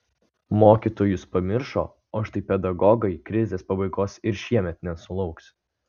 mokytojus pamiršo o štai pedagogai krizės pabaigos ir šiemet nesulauks